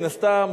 מן הסתם,